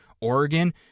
Oregon